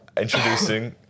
Introducing